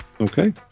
okay